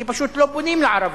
כי פשוט לא בונים לערבים,